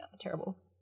terrible